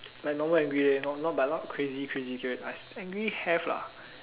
like normal angry leh not not but not crazy crazy angry have lah